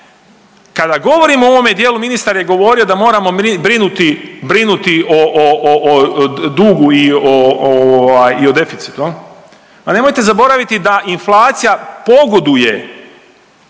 Kada govorim u ovome dijelu ministar je govorio da moramo brinuti o dugu i o deficitu, a nemojte zaboraviti da inflacija pogoduje